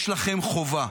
יש לכם חובה.